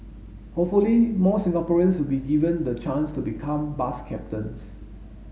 hopefully more Singaporeans will be given the chance to become bus captains